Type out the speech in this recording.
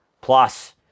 plus